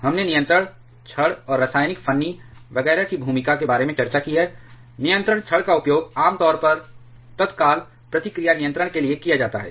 हमने नियंत्रण छड़ और रासायनिक फन्नी वगैरह की भूमिका के बारे में चर्चा की है नियंत्रण छड़ का उपयोग आमतौर पर तत्काल प्रतिक्रिया नियंत्रण के लिए किया जाता है